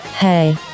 Hey